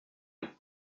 elle